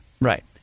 Right